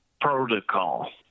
protocol